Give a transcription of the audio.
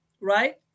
right